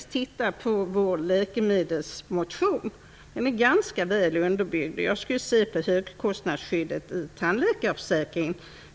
Titta på vår läkemedelsmotion, som är ganska väl underbyggd. Det gäller högkostnadsskyddet i tandläkarförsäkringen.